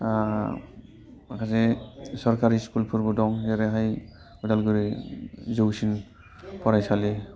माखासे सरकारि स्कुलफोरबो दं जेरैहाय उदालगुरि जौसिन फरायसालि